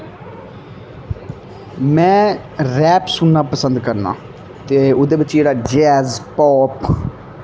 में रैप सुनना पसंद करना ते ओह्दे बिच्च जेह्ड़ा जैज़ पोप